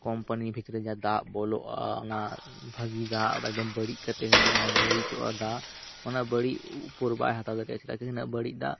company ᱵᱷᱤᱛᱨᱤ ᱨᱮ ᱡᱟᱦᱟᱸ ᱫᱟᱜ ᱵᱚᱞᱚᱜᱼᱟ ᱚᱱᱟ ᱵᱷᱟᱹᱜᱤ ᱫᱟᱜ ᱮᱠᱫᱚᱢ ᱵᱟᱹᱲᱤᱡ ᱠᱟᱛᱮ ᱦᱤᱡᱩᱜᱼᱟ ᱚᱱᱟ ᱵᱟᱹᱲᱤᱡᱚᱜᱼᱟ ᱫᱟᱜ ᱚᱱᱟ ᱵᱟᱹᱲᱤᱡ ᱩᱯᱚᱨ ᱵᱟᱭ ᱦᱟᱛᱟᱣ ᱫᱟᱲᱮᱭᱟᱜᱼᱟ ᱪᱮᱫᱟᱜ ᱠᱤ ᱩᱱᱟᱹᱜ ᱵᱟᱹᱲᱤᱡ ᱫᱟᱜ